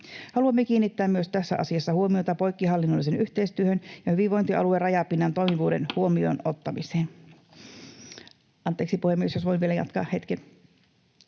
Haluamme kiinnittää myös tässä asiassa huomiota poikkihallinnollisen yhteistyön ja hyvinvointialuerajapinnan toimivuuden huomioon ottamiseen. — Anteeksi, puhemies, jos voin vielä jatkaa hetken.